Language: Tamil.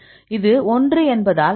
இது 1 என்பதால் பார்க்கலாம் இது 1